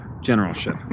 generalship